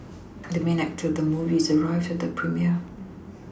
the main actor of the movie has arrived at the premiere